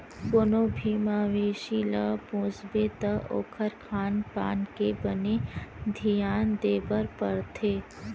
कोनो भी मवेसी ल पोसबे त ओखर खान पान के बने धियान देबर परथे